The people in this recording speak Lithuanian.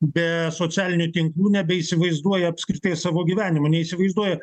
be socialinių tinklų nebeįsivaizduoja apskritai savo gyvenimo neįsivaizduoja